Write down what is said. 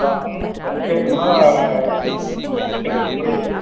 ப்பா அஞ்சடி மாலை கோயிலுக்கு